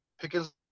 Pickens